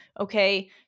okay